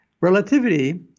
Relativity